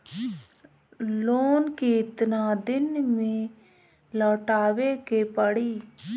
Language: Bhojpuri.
लोन केतना दिन में लौटावे के पड़ी?